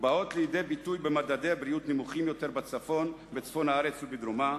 באות לידי ביטוי במדדי בריאות נמוכים יותר בצפון הארץ ובדרומה,